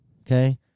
okay